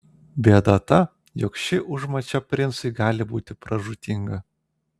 bėda ta jog ši užmačia princui gali būti pražūtinga